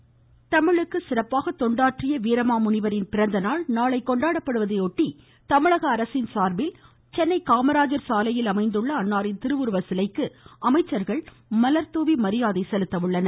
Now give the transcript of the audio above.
ருருரு Veeramamunivar தமிழுக்கு சிறப்பாக தொண்டாற்றிய வீராமா முனிவரின் பிறந்தநாள் நாளை கொண்டாடப்படுவதையொட்டி தமிழக அரசின் சார்பில் சென்னை காமராஜர் சாலையில் அமைந்துள்ள அன்னாரின் திருவுருவ சிலைக்கு அமைச்சர்கள் நாளை மலர் தூவி மரியாதை செலுத்த உள்ளனர்